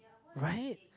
right